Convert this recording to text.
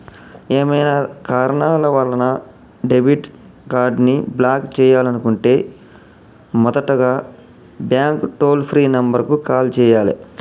ఏవైనా కారణాల వలన డెబిట్ కార్డ్ని బ్లాక్ చేయాలనుకుంటే మొదటగా బ్యాంక్ టోల్ ఫ్రీ నెంబర్ కు కాల్ చేయాలే